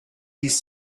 these